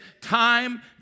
time